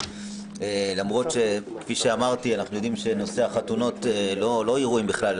אנחנו יודעים שנושא החתונות לא אירועים בכלל,